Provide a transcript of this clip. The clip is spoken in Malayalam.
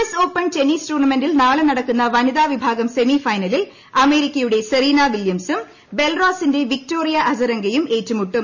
എസ് ഓപ്പൺ ടെന്നീസ് ടൂർണ്ണമെന്റിൽ നാളെ നടക്കുന്ന വനിതാ വിഭാഗം സെമി ഫൈനലിൽ അമേരിക്കയുടെ സെറീന വില്യംസും ബലാറസിന്റെ വിക്ടോറിയ അസരങ്കയും ഏറ്റുമുട്ടും